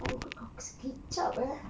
muka kau kasih kicap eh